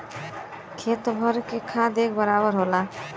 खेत भर में खाद एक बराबर होला